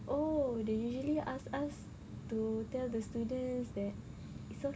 oh they usually ask us to tell the students that it's